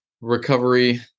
recovery